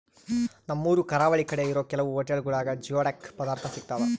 ನಮ್ಮೂರು ಕರಾವಳಿ ಕಡೆ ಇರೋ ಕೆಲವು ಹೊಟೆಲ್ಗುಳಾಗ ಜಿಯೋಡಕ್ ಪದಾರ್ಥ ಸಿಗ್ತಾವ